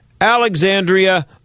Alexandria